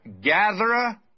gatherer